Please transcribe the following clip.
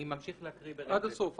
אני ממשיך להקריא ברצף.